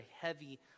heavy